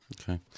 okay